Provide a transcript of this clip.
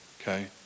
Okay